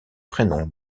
prénom